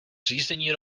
řízení